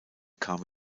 kam